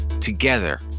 Together